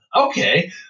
Okay